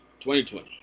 2020